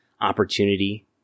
opportunity